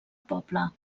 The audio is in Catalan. poble